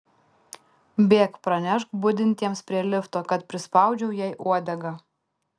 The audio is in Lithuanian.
bėk pranešk budintiems prie lifto kad prispaudžiau jai uodegą